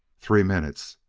three minutes!